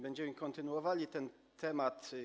Będziemy kontynuowali ten temat.